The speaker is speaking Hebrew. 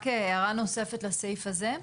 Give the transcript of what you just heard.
רק הערה נוספת לסעיף הזה.